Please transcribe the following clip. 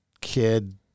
kid